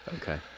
Okay